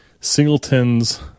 singletons